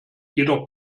jedoch